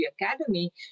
academy